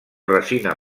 resina